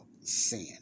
sin